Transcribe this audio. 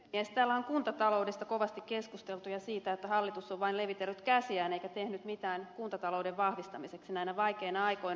täällä on kuntataloudesta kovasti keskusteltu ja siitä että hallitus on vain levitellyt käsiään eikä ole tehnyt mitään kuntatalouden vahvistamiseksi näinä vaikeina aikoina